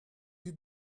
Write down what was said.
you